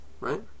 right